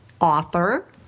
author